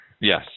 Yes